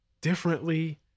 differently